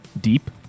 deep